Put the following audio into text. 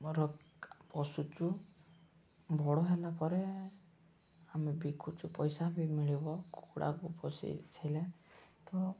ଆମର ପୋଷୁଛୁ ବଡ଼ ହେଲା ପରେ ଆମେ ବିକୁଛୁ ପଇସା ବି ମିଳିବ କୁକୁଡ଼ାକୁ ପୋଷିଥିଲେ ତ